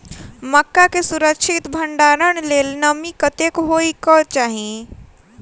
मक्का केँ सुरक्षित भण्डारण लेल नमी कतेक होइ कऽ चाहि?